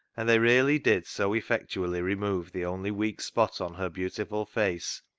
and they really did so effectually remove the only weak spot on her beautiful face,